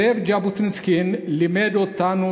זאב ז'בוטינסקי לימד אותנו,